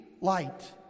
light